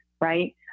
Right